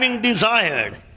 desired